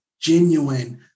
genuine